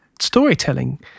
storytelling